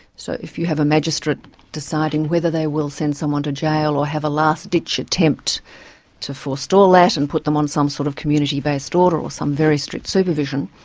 so if you have a magistrate deciding whether they will send someone to jail or have a last-ditch attempt to forestall that and put them on some sort of community based order or some very strict supervision,